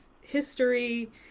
history